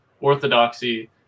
orthodoxy